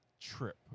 trip